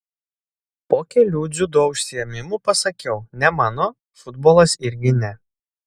po kelių dziudo užsiėmimų pasakiau ne mano futbolas irgi ne